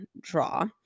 draw